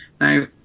Now